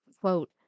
quote